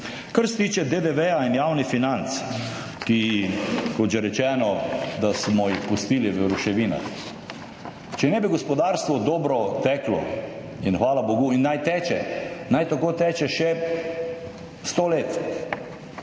Kar se tiče DDV in javnih financ, kot že rečeno, da smo jih pustili v ruševinah. Če ne bi gospodarstvo dobro teklo, in hvala bogu, naj teče, naj tako teče še 100 let,